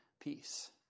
peace